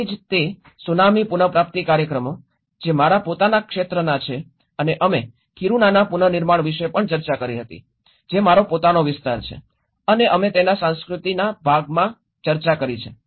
તેથી તે જ સુનામી પુન પ્રાપ્તિ કાર્યક્રમો જે મારા પોતાના ક્ષેત્ર છે અને અમે કિરુનાના પુનર્નિર્માણ વિશે પણ ચર્ચા કરી હતી જે મારો પોતાનો વિસ્તાર છે અને અમે તેના સંસ્કૃતિના ભાગમાં ચર્ચા કરી છે